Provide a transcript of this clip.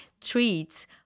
treats